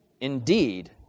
indeed